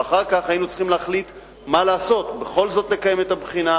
אבל אחר כך היינו צריכים להחליט מה לעשות: בכל זאת לקיים את הבחינה?